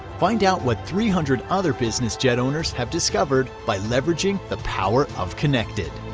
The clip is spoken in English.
find out what three hundred other business jet owners have discovered by leveraging the power of connected.